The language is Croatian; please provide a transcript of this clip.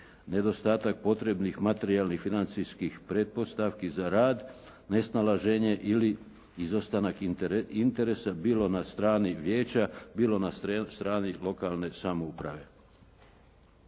Nedostatak potrebnih materijalnih, financijskih pretpostavki za rad, nesnalaženje ili izostanak interesa, bilo na strani vijeća, bilo na strani lokalne samouprave.